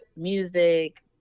music